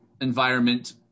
environment